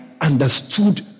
understood